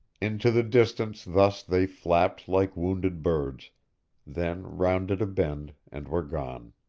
into the distance thus they flapped like wounded birds then rounded a bend, and were gone.